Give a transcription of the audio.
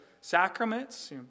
sacraments